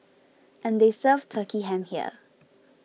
and they serve Turkey Ham here